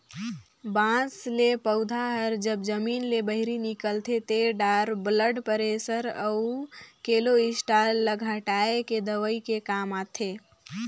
बांस ले पउधा हर जब जमीन ले बहिरे निकलथे ते डार हर ब्लड परेसर अउ केलोस्टाल ल घटाए के दवई के काम आथे